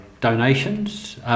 donations